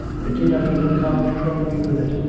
i did not even come to trouble you with it.